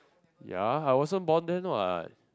ya I wasn't born then what